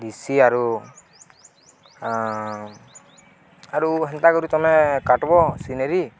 ଡିସିି ଆରୁ ଆରୁ ହେନ୍ତା କରିରୁ ତମେ କାଟବ ସିନେରୀ